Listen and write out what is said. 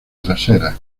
traseras